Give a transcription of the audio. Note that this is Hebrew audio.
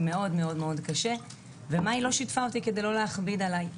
מאוד מאוד קשה ומאי לא שיתפה אותי כדי לא להכביד עליי.